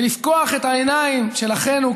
ולפקוח את העיניים של אחינו,